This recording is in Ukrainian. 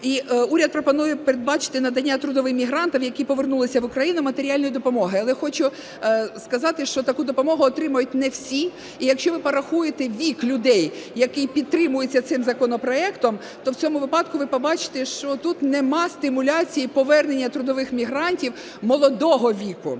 і уряд пропонує передбачити надання трудовим мігрантам, які повернулися в Україну, матеріальної допомоги. Але хочу сказати, що таку допомогу отримають не всі і якщо ви порахуєте вік людей, який підтримується цим законопроектом, то в цьому випадку ви побачите, що тут немає стимуляції повернення трудових мігрантів молодого віку.